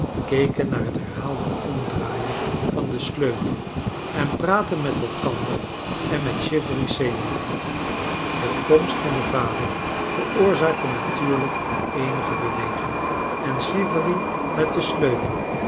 keken naar het herhaalde omdraaien van den sleutel en praatten met eikander en met chivery senior de komst van den vader veroorzaakte natuurlijk eenige beweging en chivery met den sleutel